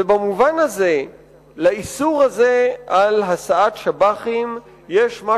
ובמובן הזה לאיסור הזה על הסעת שב"חים יש מה